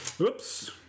Oops